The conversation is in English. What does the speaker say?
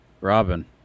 Robin